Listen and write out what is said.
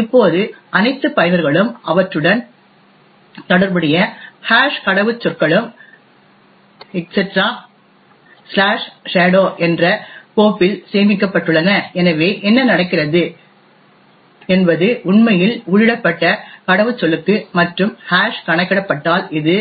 இப்போது அனைத்து பயனர்களும் அவற்றுடன் தொடர்புடைய ஹாஷ் கடவுச்சொற்களும் etcshadow என்ற கோப்பில் சேமிக்கப்பட்டுள்ளன எனவே என்ன நடக்கிறது என்பது உண்மையில் உள்ளிடப்பட்ட கடவுச்சொல்லுக்கு மற்றும் ஹாஷ் கணக்கிடப்பட்டால் இது